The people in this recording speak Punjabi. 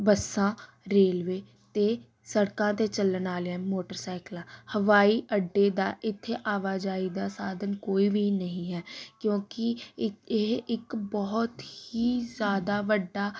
ਬੱਸਾਂ ਰੇਲਵੇ ਅਤੇ ਸੜਕਾਂ 'ਤੇ ਚੱਲਣ ਵਾਲੀਆਂ ਮੋਟਰਸਾਈਕਲਾਂ ਹਵਾਈ ਅੱਡੇ ਦਾ ਇੱਥੇ ਆਵਾਜਾਈ ਦਾ ਸਾਧਨ ਕੋਈ ਵੀ ਨਹੀਂ ਹੈ ਕਿਉਂਕਿ ਇੱਕ ਇਹ ਇੱਕ ਬਹੁਤ ਹੀ ਜ਼ਿਆਦਾ ਵੱਡਾ